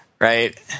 right